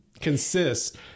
consists